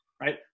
right